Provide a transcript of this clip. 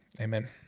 Amen